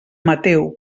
mateu